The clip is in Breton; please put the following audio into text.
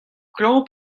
klañv